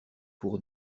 pour